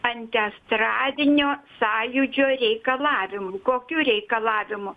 antiestradinio sąjūdžio reikalavimų kokių reikalavimų